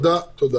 תודה.